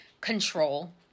control